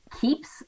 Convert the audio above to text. keeps